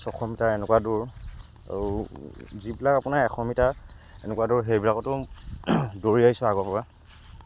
ছশ মিটাৰ এনেকুৱা দৌৰ আৰু যিবিলাক আপোনাৰ এশ মিটাৰ এনেকুৱা দৌৰ সেইবিলাকতো দৌৰি আহিছোঁ আগৰ পৰা